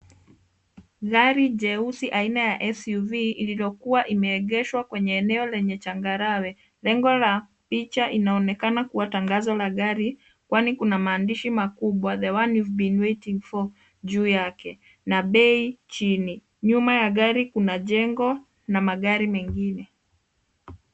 Gari jeusi aina ya SUV lililokuwa limeegeshwa kwenye eneo lenye changarawe. Lengo la picha inaonekana kuwa tangazo la gari, kwani kuna maandishi makubwa the one you've been waiting for juu yake na bei chini. Nyuma ya gari kuna jengo na magari mengine.